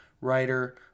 writer